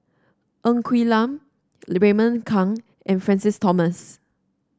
Ng Quee Lam Raymond Kang and Francis Thomas